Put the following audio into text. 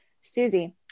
Susie